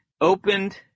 opened